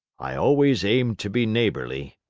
i always aim to be neighborly,